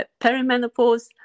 perimenopause